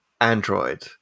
android